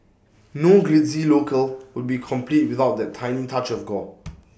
no glitzy locale would be complete without that tiny touch of gore